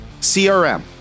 CRM